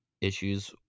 issues